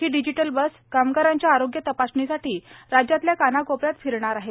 ही digital bus कामगारांच्या आरोग्य तपासणीसाठी राज्यातल्या कानाकोपऱ्यात फिरणार आहे